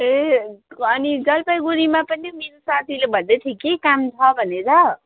ए अनि जलपाइगुडीमा पनि मेरो साथीले भन्दैथियो कि काम छ भनेर